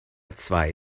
zwei